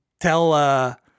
tell